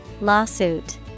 lawsuit